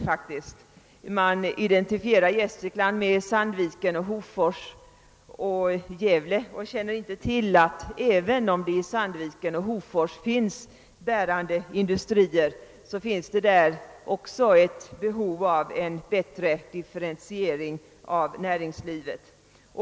Man har identifierat Gästrikland med Sandviken, Hofors och Gävle och känner inte till att även om det i Sandviken och Hofors finns bärande industrier, så föreligger där också behov av en bättre differentiering av näringslivet.